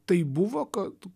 tai buvo kad